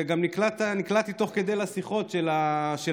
גם נקלעתי תוך כדי כך לשיחות של התושבים.